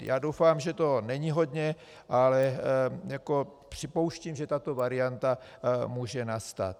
Já doufám, že toho není hodně, ale připouštím, že tato varianta může nastat.